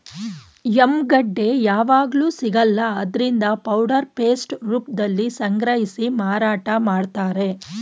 yam ಗೆಡ್ಡೆ ಯಾವಗ್ಲೂ ಸಿಗಲ್ಲ ಆದ್ರಿಂದ ಪೌಡರ್ ಪೇಸ್ಟ್ ರೂಪ್ದಲ್ಲಿ ಸಂಗ್ರಹಿಸಿ ಮಾರಾಟ ಮಾಡ್ತಾರೆ